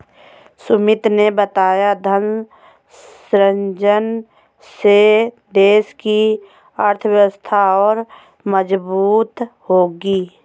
सुमित ने बताया धन सृजन से देश की अर्थव्यवस्था और मजबूत होगी